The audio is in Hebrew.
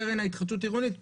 קרן ההתחדשות עירונית,